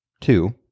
Two